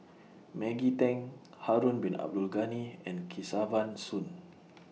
Maggie Teng Harun Bin Abdul Ghani and Kesavan Soon